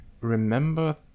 remember